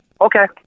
okay